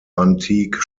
antique